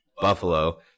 Buffalo